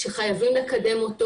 שחייבים לקדם אותו.